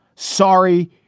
sorry,